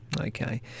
Okay